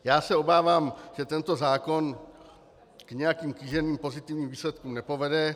Já se obávám, že tento zákon k nějakým kýženým pozitivním výsledkům nepovede.